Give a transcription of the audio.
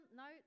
no